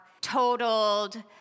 totaled